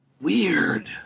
Weird